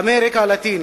אמריקה הלטינית,